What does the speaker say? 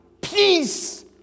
Peace